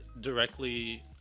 directly